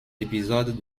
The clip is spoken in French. épisodes